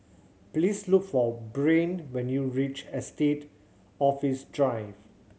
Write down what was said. please look for Brain when you reach Estate Office Drive